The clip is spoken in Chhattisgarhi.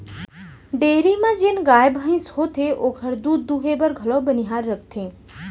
डेयरी म जेन गाय भईंस होथे ओकर दूद दुहे बर घलौ बनिहार रखथें